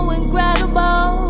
incredible